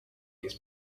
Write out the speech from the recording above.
his